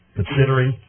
considering